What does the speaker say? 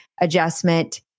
adjustment